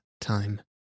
time